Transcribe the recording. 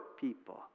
people